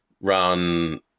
run